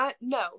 no